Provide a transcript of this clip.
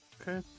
Okay